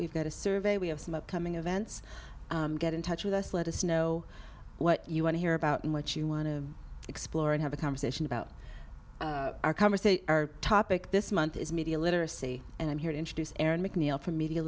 we've got a survey we have some upcoming events get in touch with us let us know what you want to hear about what you want to explore and have a conversation about our conversation our topic this month is media literacy and i'm here to introduce aaron mcneal for media